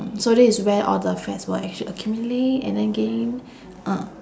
so this is where all the fats will actually accumulate and then gain ah